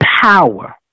power